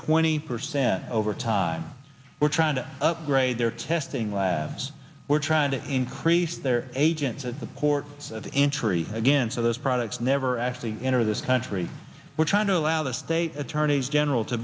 twenty percent over time we're trying to upgrade their testing labs we're trying to increase their agents at the ports of entry again so those products never actually enter this country we're trying to allow the state attorneys general to